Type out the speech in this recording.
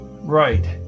Right